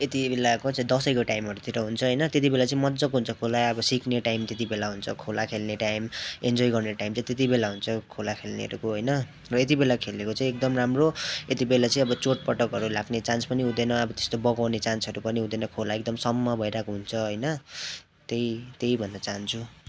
यति बेलाको चाहिँ दसैँको टाइमहरूतिर हुन्छ होइन त्यति बेला चाहिँ मज्जाको हुन्छ खोला अब सिक्ने टाइम त्यति बेला हुन्छ खोला खेल्ने टाइम एन्जोय गर्ने टाइम चाहिँ त्यति बेला हुन्छ खोला खेल्नेहरूको होइन र यति बेला खेलेको चाहिँ एकदम राम्रो यति बेला चाहिँ अब चोटपटकहरू लाग्ने चान्स पनि हुँदैन अब त्यस्तो बगाउने चान्सहरू पनि हुँदैन खोला एकदम सम्म भइरहेको हुन्छ होइन त्यही त्यही भन्न चाहन्छु